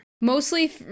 Mostly